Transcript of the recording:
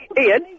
Ian